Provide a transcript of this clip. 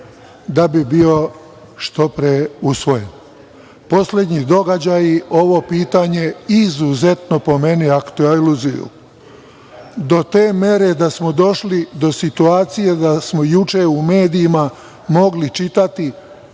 da bi bio što pre usvojen? Poslednji događaji ovo pitanje izuzetno, po meni, aktuelizuju, do te mere da smo došli do situacije da smo juče u medijima mogli čitati